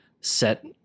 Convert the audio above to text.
set